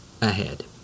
ahead